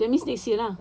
that means next year lah